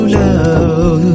love